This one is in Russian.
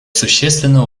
существенно